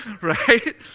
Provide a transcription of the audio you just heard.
right